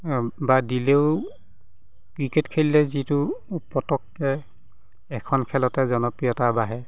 বা দিলেও ক্ৰিকেট খেলিলে যিটো পটককৈ এখন খেলতে জনপ্ৰিয়তা বাঢ়ে